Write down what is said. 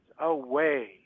away